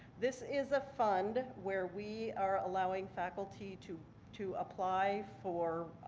this is a fund where we are allowing faculty to to apply for